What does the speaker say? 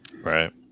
right